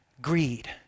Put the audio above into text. greed